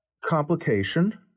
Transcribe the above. complication